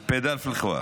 (אומר דברים במרוקאית.)